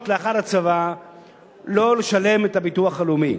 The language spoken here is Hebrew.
לאחר הצבא לא לשלם את הביטוח הלאומי.